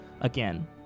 again